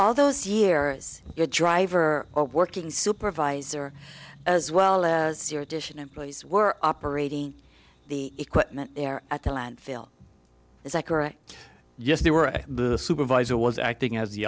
all those years your driver or working supervisor as well as your addition employees were operating the equipment there at the landfill is that correct yes they were the supervisor was acting as the